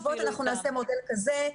--- בישיבות אנחנו נעשה מודל כזה,